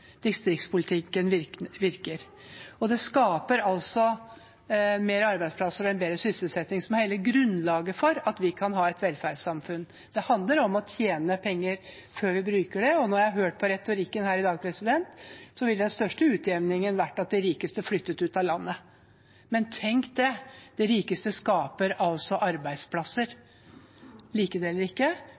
Distriktspolitikken virker, og den skaper altså flere arbeidsplasser og en bedre sysselsetting, som er hele grunnlaget for at vi kan ha et velferdssamfunn. Det handler om å tjene penger før vi bruker dem. Og når jeg har hørt på retorikken her i dag, ville jo den største utjevningen vært at de rikeste flyttet ut av landet. Men tenk det – de rikeste skaper altså arbeidsplasser. Man kan like det eller ikke,